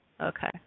Okay